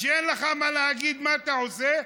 כשאין לך מה להגיד, מה אתה עושה?